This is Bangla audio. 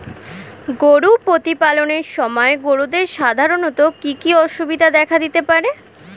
গরু প্রতিপালনের সময় গরুদের সাধারণত কি কি অসুবিধা দেখা দিতে পারে?